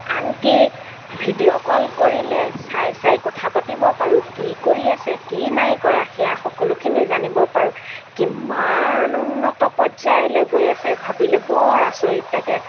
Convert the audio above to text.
আনকি video call কৰিলে চাই চাই কথা পাতিব পাৰোঁ কি কৰি আছে কি নাই কৰা সেইয়া সকলোখিনি জানিব পাৰোঁ কিমান উন্নত পৰ্য়ায়লৈ গৈ আছে ভাবিলে বৰ আচৰিত লাগে